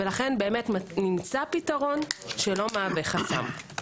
לכן נמצא פתרון שלא מהווה חסם.